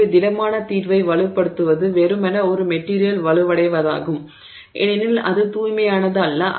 எனவே திடமான தீர்வை வலுப்படுத்துவது வெறுமனே ஒரு மெட்டிரியல் வலுவடைவதாகும் ஏனெனில் அது தூய்மையானது அல்ல